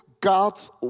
God's